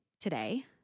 today